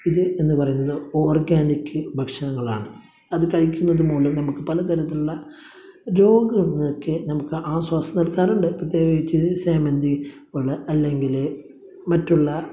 ഇത് എന്ന് പറയുന്നത് ഓര്ഗാനിക് ഭക്ഷണങ്ങളാണ് അത് കഴിക്കുന്നത് മൂലം നമുക്ക് പലതരത്തിലുള്ള രോഗങ്ങൾക്ക് നമുക്ക് ആശ്വാസം നൽകാറുണ്ട് പ്രത്യേകിച്ച് സേമന്തി പോലുള്ള അല്ലെങ്കിൽ മറ്റുള്ള